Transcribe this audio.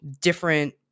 different